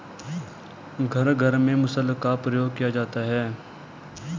घर घर में मुसल का प्रयोग किया जाता है